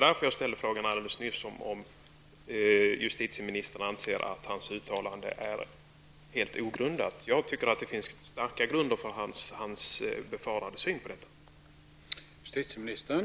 Därför frågade jag alldeles nyss om justitieministern anser att Axbergers uttalande är helt ogrundat. Jag tycker att det finns starka skäl för hans syn på saken.